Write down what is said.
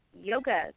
yoga